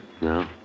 No